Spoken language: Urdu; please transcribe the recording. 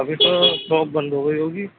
ابھی تو شاپ بند ہو گئی ہوگی